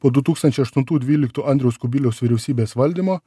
po du tūkstančiai aštuntų dvyliktų andriaus kubiliaus vyriausybės valdymo